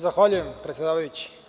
Zahvaljujem, predsedavajući.